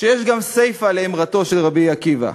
שיש גם סיפה לאמרתו של רבי עקיבא: